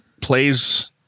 plays